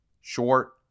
short